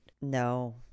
No